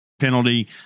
penalty